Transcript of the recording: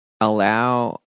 allow